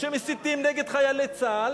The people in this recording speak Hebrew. כשמסיתים נגד חיילי צה"ל,